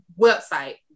website